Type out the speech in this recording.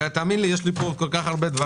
ותאמין לי, יש לי פה כל כך הרבה דברים.